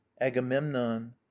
Agamemnon